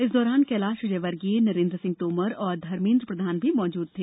इस दौरान कैलाश विजयवर्गीय नरेंद्र सिंह तोमर और धर्मेद्र प्रधान भी मौजूद थे